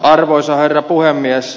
arvoisa herra puhemies